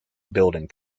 building